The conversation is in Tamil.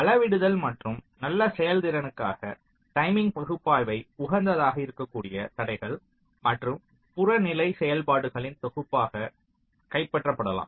அளவிடுதல் மற்றும் நல்ல செயல்திறனுக்காக டைமிங் பகுப்பாய்வைப் உகந்ததாக இருக்கக்கூடிய தடைகள் மற்றும் புறநிலை செயல்பாடுகளின் தொகுப்பாக கைப்பற்றப்படலாம்